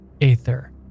aether